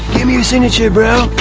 give me your signature, bro.